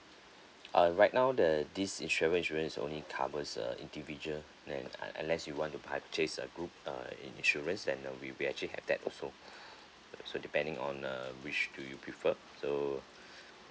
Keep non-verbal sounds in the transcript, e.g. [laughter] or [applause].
uh right now the this insurance travel insurance only covers uh individual and un~ unless you want to purchase a group uh in~ insurance then uh we we actually have that also [breath] so depending on uh which do you prefer so [breath]